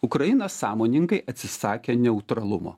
ukraina sąmoningai atsisakė neutralumo